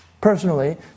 personally